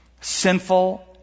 sinful